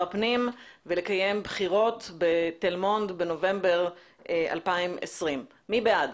הפנים ולקיים בחירות בתל מונד בנובמבר 2020. מי בעד?